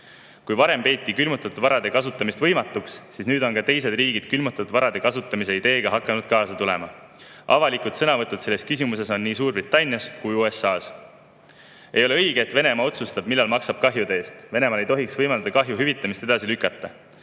Kui varem peeti külmutatud varade kasutamist võimatuks, siis nüüd on hakanud ka teised riigid külmutatud varade kasutamise ideega kaasa tulema. Avalikud sõnavõtud on selles küsimuses olnud nii Suurbritannias kui ka USA‑s. Ei ole õige, et Venemaa otsustab, millal ta kahjude eest maksab. Venemaal ei tohiks võimaldada kahju hüvitamist edasi lükata.